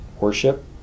worship